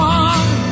one